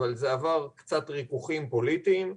אבל זה עבר קצת ריכוכים פוליטיים.